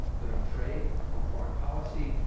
but on trade, on foreign policy,